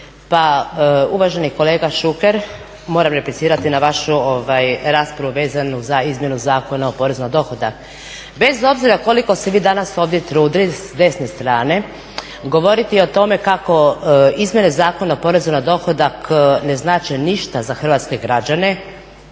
Pa uvaženi kolega Šuker, moram replicirati na vašu raspravu vezanu za izmjenu Zakona o porezu na dohodak. Bez obzira koliko se vi danas ovdje trudili sa desne strane govoriti o tome kako izmjene Zakona o porezu na dohodak ne znače ništa za hrvatske građane,